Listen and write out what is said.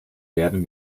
werden